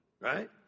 right